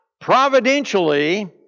Providentially